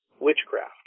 witchcraft